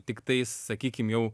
tiktai sakykim jau